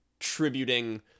tributing